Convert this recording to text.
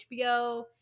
hbo